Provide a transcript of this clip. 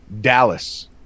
Dallas